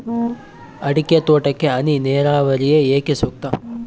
ಅಡಿಕೆ ತೋಟಕ್ಕೆ ಹನಿ ನೇರಾವರಿಯೇ ಏಕೆ ಸೂಕ್ತ?